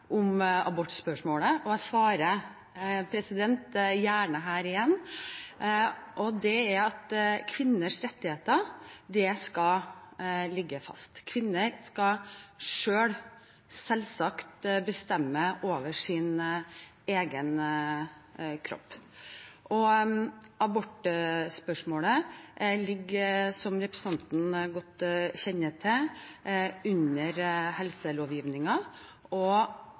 abortspørsmålet. Og jeg svarer gjerne her igjen. Kvinners rettigheter skal ligge fast. Kvinner skal selvsagt selv få bestemme over sin egen kropp. Abortspørsmålet ligger, som representanten godt kjenner til, under helselovgivningen, og